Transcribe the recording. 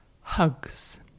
hugs